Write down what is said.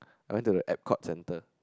I went to the Epcot Centre